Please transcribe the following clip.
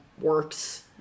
works